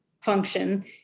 function